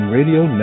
Radio